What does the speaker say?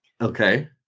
Okay